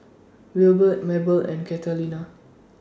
Wilbert Mabell and Catalina